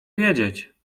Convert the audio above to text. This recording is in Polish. wiedzieć